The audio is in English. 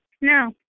No